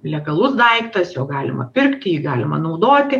legalus daiktas jo galima pirkti jį galima naudoti